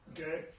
Okay